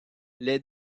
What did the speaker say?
les